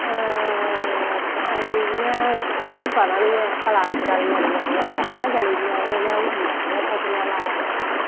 इयां इनें पता नी ऐं अज कल नमीं नमीं जैक्टां चली दियां ते इनें हून उन्ना दियां कोट्टियां ला दियां